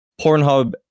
Pornhub